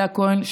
אלה כהן,